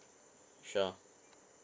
sure